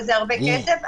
וזה הרבה כסף,